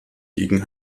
gegen